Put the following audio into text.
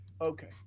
Okay